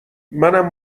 منم